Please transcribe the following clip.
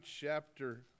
chapter